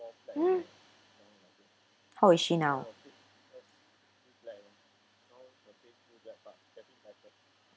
how is she now